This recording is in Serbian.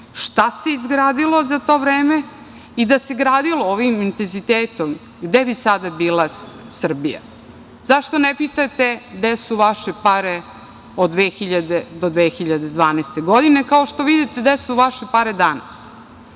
Šta se izgradilo za to vreme? Da se gradilo ovim intenzitetom, gde bi sada bila Srbija? Zašto ne pitate gde su vaše pare od 2000. do 2012. godine kao što vidite gde su vaše pare danas?